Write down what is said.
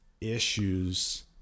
issues